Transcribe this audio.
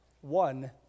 one